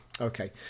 okay